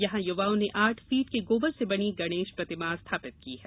यहां युवाओं ने आठ फीट के गोबर से बनी गणेश प्रतिमा स्थापित की है